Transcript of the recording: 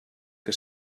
que